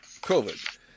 COVID